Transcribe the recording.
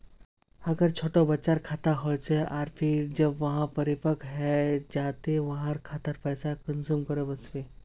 अगर छोटो बच्चार खाता होचे आर फिर जब वहाँ परिपक है जहा ते वहार खातात पैसा कुंसम करे वस्बे?